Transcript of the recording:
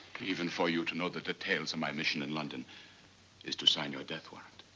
even for you to know the details of my mission in london is to sign your death warrant.